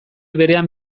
berean